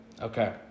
Okay